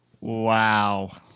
Wow